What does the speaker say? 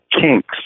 kinks